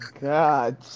God